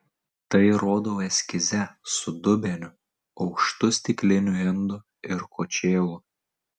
tai rodau eskize su dubeniu aukštu stikliniu indu ir kočėlu